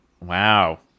Wow